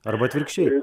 arba atvirkščiai